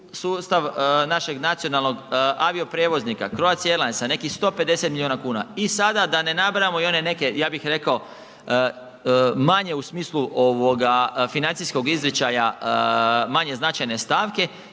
sustav našeg nacionalnog avioprijevoznika Croatia Airlinesa nekih 150 milijuna kuna i sada da ne nabrajamo one neke ja bih rekao manje u smislu financijskog izričaja, manje značajne stavke.